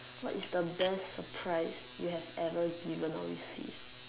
what is the best surprise you have ever given or received